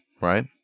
right